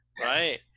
Right